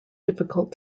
difficult